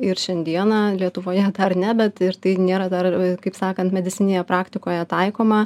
ir šiandieną lietuvoje dar ne bet ir tai nėra dar kaip sakant medicininėje praktikoje taikoma